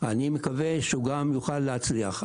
אני מקווה שהוא גם יוכל להצליח.